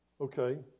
Okay